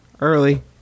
early